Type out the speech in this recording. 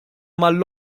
mal